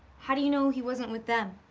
how do you know he wasn't with them?